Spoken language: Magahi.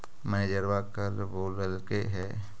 मैनेजरवा कल बोलैलके है?